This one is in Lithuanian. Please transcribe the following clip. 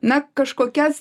na kažkokias